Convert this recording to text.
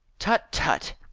tut! tut!